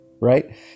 right